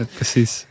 precies